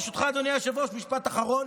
ברשותך, אדוני היושב-ראש, משפט אחרון.